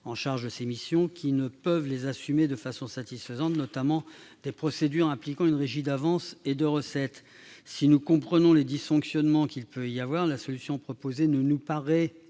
en charge de ces missions ne pouvant plus les assumer de façon satisfaisante. C'est notamment le cas pour les procédures impliquant une régie d'avances et de recettes. Si nous comprenons les dysfonctionnements qui peuvent exister, la solution proposée ne nous paraît,